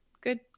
Good